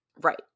Right